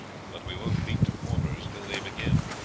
but we won't beat to quarters till they begin.